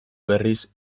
berriz